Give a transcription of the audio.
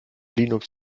linux